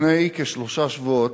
לפני כשלושה שבועות,